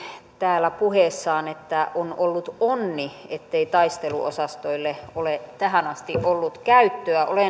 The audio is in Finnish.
täällä puheessaan että on ollut onni ettei taisteluosastoille ole tähän asti ollut käyttöä olen